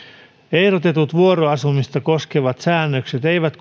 ehdotetut vuoroasumista koskevat säännökset eivät